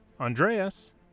Andreas